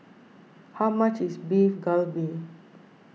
how much is Beef Galbi